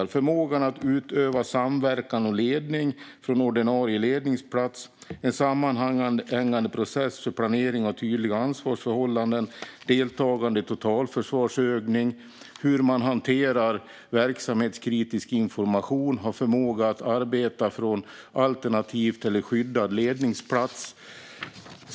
Det gäller förmågan att utöva samverkan och ledning från ordinarie ledningsplats, en sammanhängande process för planering och tydliga ansvarsförhållanden, deltagande i totalförsvarsövning, hur man hanterar verksamhetskritisk information och förmågan att arbeta från alternativ eller skyddad ledningsplats.